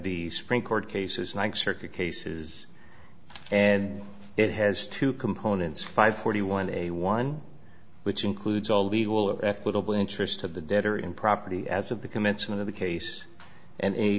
the supreme court cases like circuit cases and it has two components five forty one a one which includes all legal equitable interest of the debtor in property as of the commencement of the case and